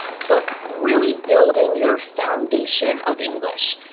so really building your foundation of english.